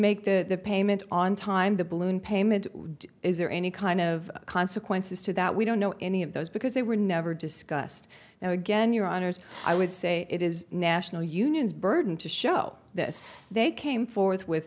make the payment on time the balloon payment is there any kind of consequences to that we don't know any of those because they were never discussed now again your honour's i would say it is national union's burden to show this they came forth with